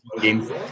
game